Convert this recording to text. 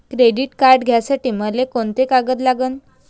Credit card घ्यासाठी मले कोंते कागद लागन?